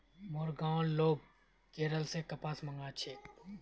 मोर गांउर लोग केरल स कपास मंगा छेक